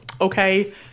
okay